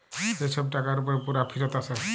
যে ছব টাকার উপরে পুরা ফিরত আসে